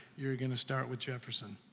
you're gonna start with jefferson.